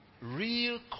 Real